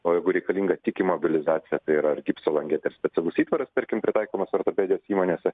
o jeigu reikalinga tik imobilizacija tai yra ar gipso longetės specialus įtvaras tarkim pritaikomas ortopedijos įmonėse